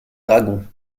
dragons